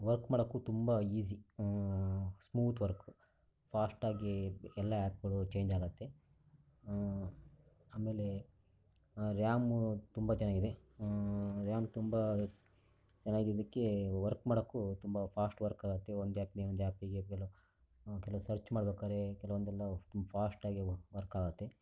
work ಮಾಡೋಕು ತುಂಬ easy smooth work ಫಾಸ್ಟಾಗಿ ಎಲ್ಲ ಆ್ಯಪ್ಗಳು ಚೇಂಜ್ ಆಗುತ್ತೆ ಆಮೇಲೆ ರ್ಯಾಮು ತುಂಬ ಚೆನ್ನಾಗಿದೆ ರ್ಯಾಮ್ ತುಂಬ ಚೆನ್ನಾಗಿದ್ದಕ್ಕೆ ವರ್ಕ್ ಮಾಡೋಕ್ಕೂ ತುಂಬ ಫಾಸ್ಟ್ ವರ್ಕ್ ಆಗುತ್ತೆ ಒಂದು ಆ್ಯಪ್ನಿಂದ ಇನ್ನೊಂದು ಆ್ಯಪಿಗೆ ಎಲ್ಲ ಕೆಲವು ಸರ್ಚ್ ಮಾಡ್ಬೇಕಾದ್ರೆ ಕೆಲವೊಂದೆಲ್ಲ ತುಂಬ ಫಾಸ್ಟಾಗೆ ವರ್ ವರ್ಕ್ ಆಗುತ್ತೆ